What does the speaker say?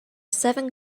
seven